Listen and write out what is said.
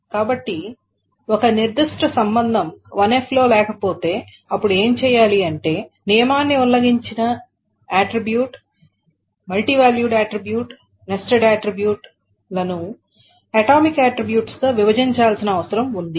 కాబట్టి ఒక నిర్దిష్ట సంబంధం 1NF లో లేకపోతే అప్పుడు ఏమి చేయాలి అంటే నియమాన్ని ఉల్లంఘించిన attribute multi valued attribute nested attribute లను అటామిక్ ఆట్రిబ్యూట్స్ గా విభజించాల్సిన అవసరం ఉంది